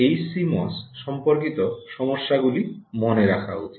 HCMOS সম্পর্কিত সমস্যাগুলি মনে রাখা উচিত